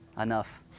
enough